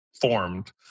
formed